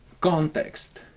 context